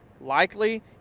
Likely